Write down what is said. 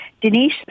Denise